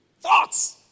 Thoughts